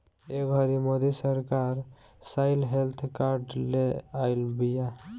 ए घड़ी मोदी सरकार soil health card ले आइल बिया